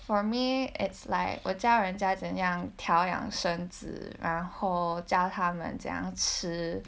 for me it's like 我教人家怎样调养身子然后教他们怎样吃